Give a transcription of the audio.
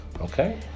Okay